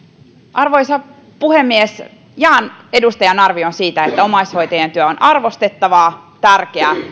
arvoisa puhemies jaan edustajan arvion siitä että omaishoitajien työ on arvostettavaa tärkeää